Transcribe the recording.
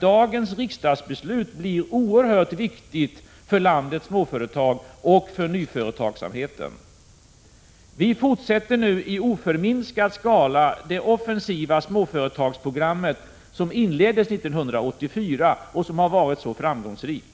Dagens riksdagsbeslut blir därför oerhört viktigt för landets småföretag och för nyföretagsamheten. Vi fortsätter nu i oförminskad skala det offensiva småföretagsprogram som inleddes 1984 och som har varit så framgångsrikt.